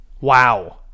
Wow